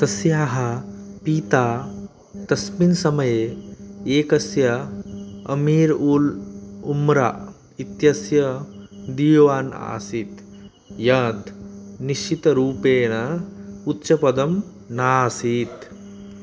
तस्याः पिता तस्मिन् समये एकस्य अमीर् ऊल् उम्रा इत्यस्य दिवान् आसीत् यत् निश्चितरूपेण उच्चपदं नासीत्